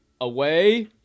away